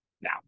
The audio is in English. now